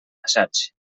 assaigs